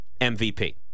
MVP